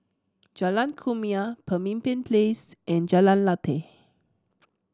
Jalan Kumia Pemimpin Place and Jalan Lateh